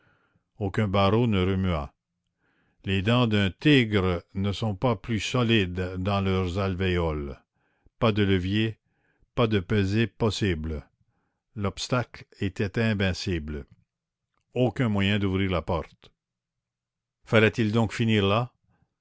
aucun barreau ne remua les dents d'un tigre ne sont pas plus solides dans leurs alvéoles pas de levier pas de pesée possible l'obstacle était invincible aucun moyen d'ouvrir la porte fallait-il donc finir là